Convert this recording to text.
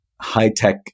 high-tech